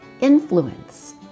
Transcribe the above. influence